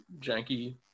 janky